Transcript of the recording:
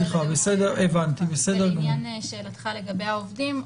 בסדר גמור ובעניין שאלתך לגבי העובדים,